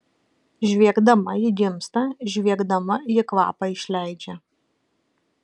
žviegdama ji gimsta žviegdama ji kvapą išleidžia